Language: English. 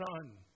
son